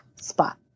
spot